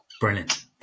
Brilliant